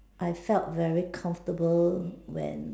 I felt very comfortable when